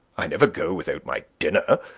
i never go without my dinner.